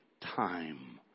time